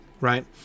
right